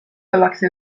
ollakse